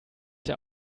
der